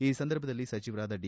ಈ ಸಂದರ್ಭದಲ್ಲಿ ಸಚಿವರಾದ ಡಿ